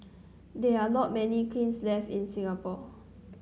there are not many kilns left in Singapore